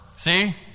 See